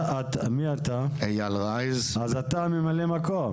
אז אתה ממלא מקום?